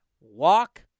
Walk